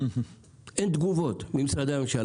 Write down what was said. למה היא תזקק ומה הצרכים.